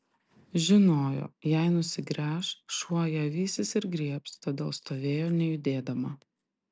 žinojo jei nusigręš šuo ją vysis ir griebs todėl stovėjo nejudėdama